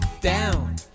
down